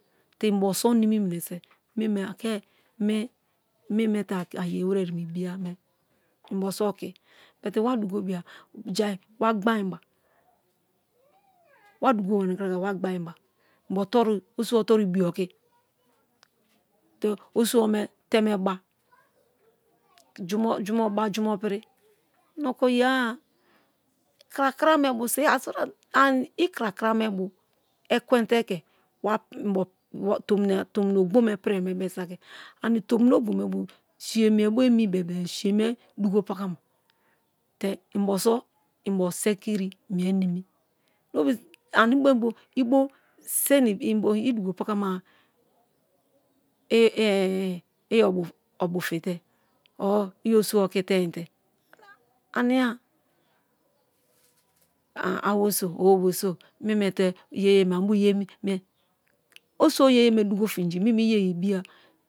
Te inbo so̠ nimi minese meme ake me meme te ayewere yeme ibiya but wa dugobiya jai wa gbamba wa dugo ba nakrakra wa gbamba inbo toru osibo toru ibiye oki te osibo me teme bai jumo-jumo ba jumo piri i oko yea-a l krakramebo ekwente ke tomi na ogbo me pirie mie saki ani̠ tomi na ogbo me̠ bi̠o siye miebo emi bebe-e si̠ye me̠ dugo paka-ma te inbo so̠ i̠nbo sekiri mie nimi idugopakama i̠ obu fite or i̠ osibo okiteinte ani̠a aweriso or oweri̠so meme te iyeyeme ani bio ye emi̠, osibo ye̠ye̠me du̠go fi̠nji̠ meme iye̠ye̠me ibi̠ya.